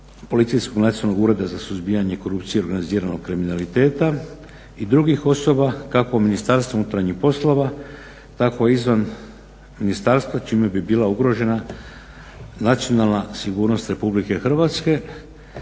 Policijskog nacionalnog ureda za suzbijanje korupcije i organiziranoga kriminaliteta i drugih osoba kako Ministarstva unutarnjih poslova tako izvan ministarstva čime bi bila ugrožena nacionalna sigurnost RH. a isto tako